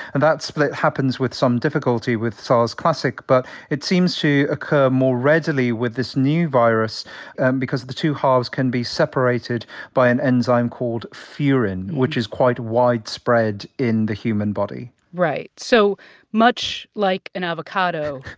and that split happens with some difficulty with sars classic, but it seems to occur more readily with this new virus because the two halves can be separated by an enzyme called furin, which is quite widespread in the human body right. so much like an avocado.